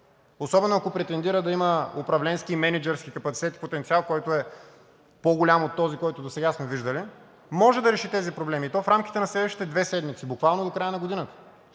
особено ако претендира да има управленски и мениджърски капацитет и потенциал, който е по-голям от този, който досега сме виждали, може да реши тези проблеми, и то в рамките на следващите две седмици, буквално до края на годината.